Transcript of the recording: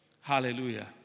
Hallelujah